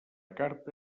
carta